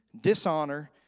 dishonor